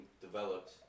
developed